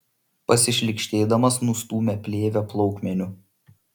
pasišlykštėdamas nustūmė plėvę plaukmeniu